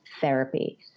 therapy